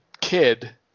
kid